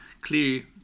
clear